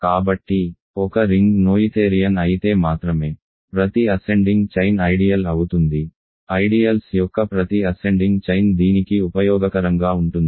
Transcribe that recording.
కాబట్టి ఒక ring Noetherian అయితే మాత్రమే ప్రతి అసెండింగ్ చైన్ ఐడియల్ అవుతుంది ఐడియల్స్ యొక్క ప్రతి అసెండింగ్ చైన్ దీనికి ఉపయోగకరంగా ఉంటుంది